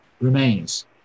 remains